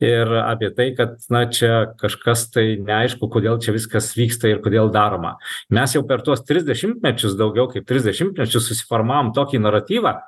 ir apie tai kad na čia kažkas tai neaišku kodėl čia viskas vyksta ir kodėl daroma mes jau per tuos tris dešimtmečius daugiau kaip tris dešimtmečius susiformavom tokį naratyvą